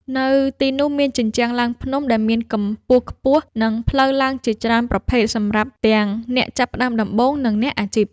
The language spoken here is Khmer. នៅទីនោះមានជញ្ជាំងឡើងភ្នំដែលមានកម្ពស់ខ្ពស់ និងផ្លូវឡើងជាច្រើនប្រភេទសម្រាប់ទាំងអ្នកចាប់ផ្ដើមដំបូង និងអ្នកអាជីព។